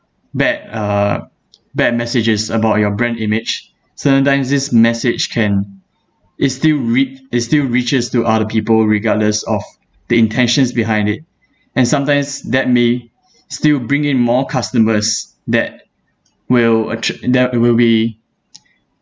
bad uh bad messages about your brand image certain times this message can it still re~ it still reaches to other people regardless of the intentions behind it and sometimes that may still bring in more customers that will attr~ that it will be